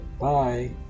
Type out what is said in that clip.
Bye